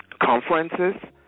conferences